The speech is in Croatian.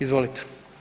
Izvolite.